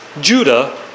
Judah